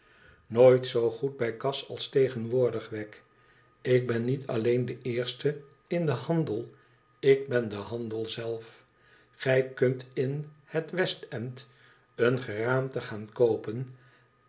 nooit zoo goed bij kas als tegenwoordig wegg ik ben niet alleen de eerste in den handel ik ben de handel zele gij kunt in het west nd een geraamte gaan koopen